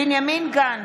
בנימין גנץ,